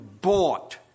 bought